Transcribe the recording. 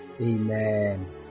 Amen